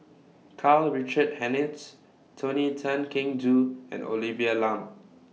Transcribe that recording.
Karl Richard Hanitsch Tony Tan Keng Joo and Olivia Lum